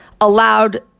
allowed